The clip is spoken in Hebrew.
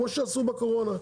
כמו שעשו בקורונה.